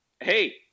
hey